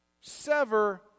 sever